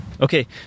Okay